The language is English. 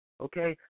Okay